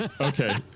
Okay